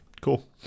cool